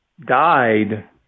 died